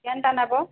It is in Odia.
କେନ୍ତା ନେବ